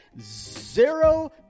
Zero